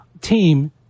team